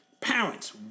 Parents